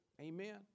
Amen